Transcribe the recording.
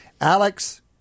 Alex